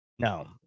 No